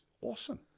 awesome